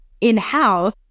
In-house